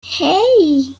hey